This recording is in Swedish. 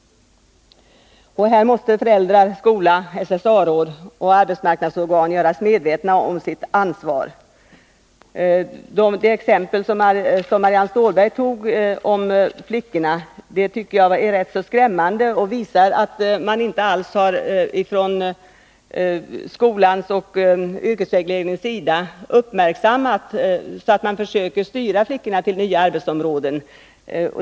Här måste föräldrar, skola, SSA-råd och arbetsmarknadsorgan göras medvetna om sitt ansvar. Det exempel Marianne Stålberg anförde om flickorna tycker jag är rätt skrämmande. Det visar att man inte alls från skolans och yrkesvägledningens sida uppmärksammat förhållandena — man försöker inte styra flickorna till nya arbetsområden.